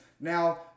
now